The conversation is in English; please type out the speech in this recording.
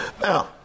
Now